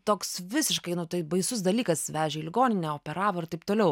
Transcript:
toks visiškai nu tai baisus dalykas vežė į ligoninę operavo ir taip toliau